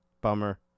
Bummer